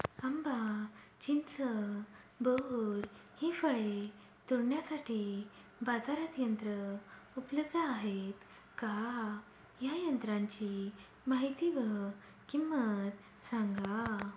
आंबा, चिंच, बोर हि फळे तोडण्यासाठी बाजारात यंत्र उपलब्ध आहेत का? या यंत्रांची माहिती व किंमत सांगा?